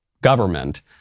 government